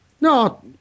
No